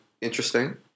Interesting